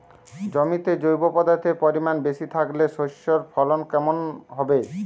জমিতে জৈব পদার্থের পরিমাণ বেশি থাকলে শস্যর ফলন কেমন হবে?